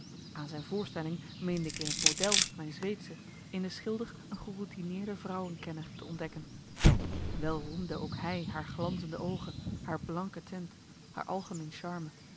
aan zijn voorstelling meende ik in het model mijn marcellus emants een nagelaten bekentenis zweedsche in de schilder een geroutineerde vrouwenkenner te ontdekken wel roemde ook hij haar glanzende oogen haar blank teint haar algemeen charme